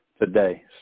today